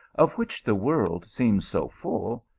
of which the world seems so full,